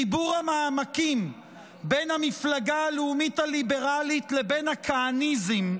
חיבור המעמקים בין המפלגה הלאומית הליברלית לבין הכהניזם,